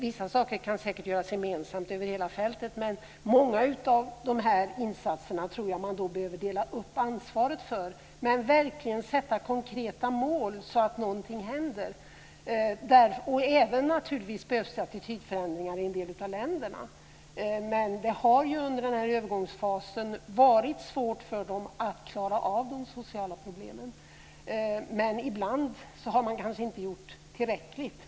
Vissa saker kan säkert göras gemensamt över hela fältet, men många av de här insatserna tror jag att man behöver dela upp ansvaret för. Men man bör verkligen sätta upp konkreta mål så att något händer. Det behövs naturligtvis även attitydförändringar i en del av länderna. Det har ju under den här övergångsfasen varit svårt för dem att klara av de sociala problemen. Ibland har man kanske inte gjort tillräckligt.